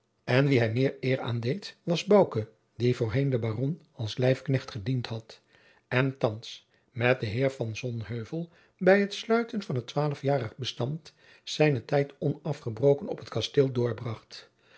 en wien hij meer eer aandeed was bouke die voorheen den baron als lijfknecht gediend had en thands met den heer van sonheuvel bij het sluiten van het twaalfjarig bestand zijnen tijd onafgebroken op zijn kasteel